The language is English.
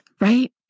Right